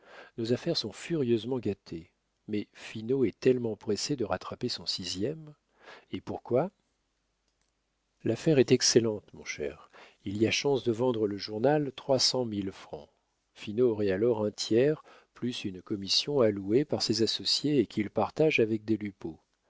nos affaires sont furieusement gâtées mais finot est tellement pressé de rattraper son sixième et pourquoi l'affaire est excellente mon cher il y a chance de vendre le journal trois cent mille francs finot aurait alors un tiers plus une commission allouée par ses associés et qu'il partage avec des